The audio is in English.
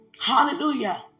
Hallelujah